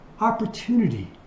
opportunity